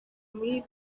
muri